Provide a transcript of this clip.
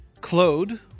Claude